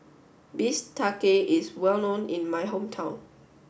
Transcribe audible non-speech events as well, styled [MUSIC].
[UNINTELLIGIBLE] is well known in my hometown